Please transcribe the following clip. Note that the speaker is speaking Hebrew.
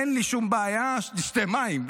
אין לי שום בעיה שתשתה מים,